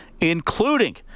including